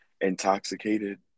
intoxicated